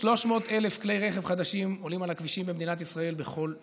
300,000 כלי רכב חדשים עולים על הכבישים במדינת ישראל בכל שנה.